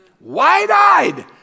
Wide-eyed